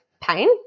pain